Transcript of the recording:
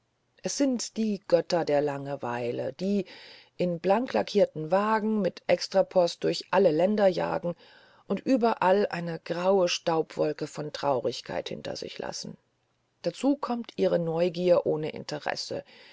es sind die götter der langeweile die in blanklackierten wagen mit extrapost durch alle länder jagen und überall eine graue staubwolke von traurigkeit hinter sich lassen dazu kommt ihre neugier ohne interesse